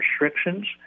restrictions